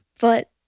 But-